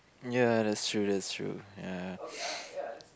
ya that's true that's true ya